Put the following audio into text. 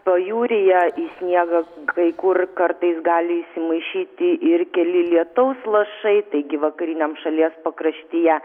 pajūryje į sniegą kai kur kartais gali įsimaišyti ir keli lietaus lašai taigi vakariniam šalies pakraštyje